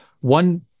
One